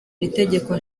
itegeko